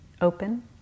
open